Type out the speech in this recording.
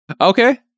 okay